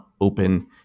open